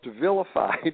vilified